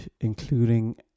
including